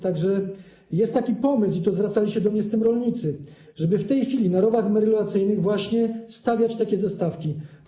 Tak że jest taki pomysł, i zwracali się do mnie z tym rolnicy, żeby w tej chwili na rowach melioracyjnych właśnie wstawiać takie zastawki.